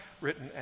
written